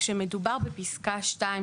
כשמדובר בפסקה (2),